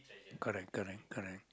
correct correct correct